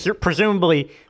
presumably